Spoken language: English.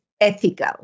ethical